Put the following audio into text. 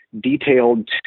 detailed